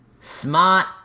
Smart